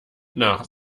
nach